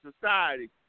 society